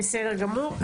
בסדר גמור.